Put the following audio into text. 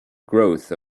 growth